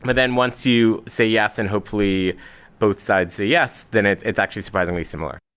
but then once you say yes and hopefully both sides say yes, then it's it's actually surprisingly similar.